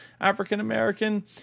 African-American